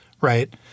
right